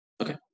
okay